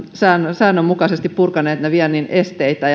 säännönmukaisesti purkaneet niitä viennin esteitä